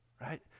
right